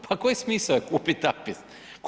Pa koji smisao je kupiti APIS?